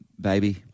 baby